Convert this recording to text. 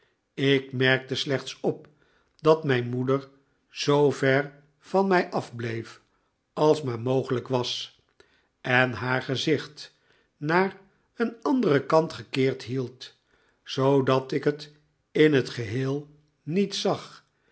ik merkte slechts op dat mijn moeder zoover van mij afbleef als maar mogelijk was en haar gezicht naar een anderen kant gekeerd hield zoodat ik het in t geheel niet zag